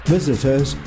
Visitors